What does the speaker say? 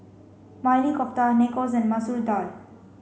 Maili Kofta Nachos and Masoor Dal